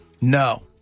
No